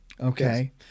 Okay